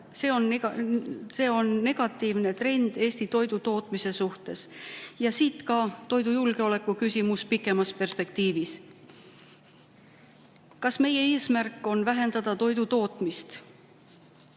See on negatiivne trend Eesti toidutootmise suhtes. Siit tuleneb ka toidujulgeoleku küsimus pikemas perspektiivis. Kas meie eesmärk on vähendada toidutootmist?